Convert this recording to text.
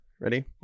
Ready